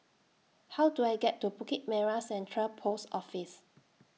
How Do I get to Bukit Merah Central Post Office